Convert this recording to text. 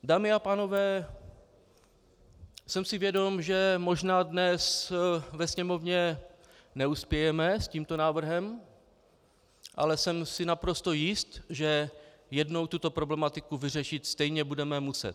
Dámy a pánové, jsem si vědom, že možná dnes ve Sněmovně neuspějeme s tímto návrhem, ale jsem si naprosto jist, že jednou tuto problematiku vyřešit stejně budeme muset.